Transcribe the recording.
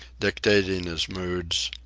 dictating his moods,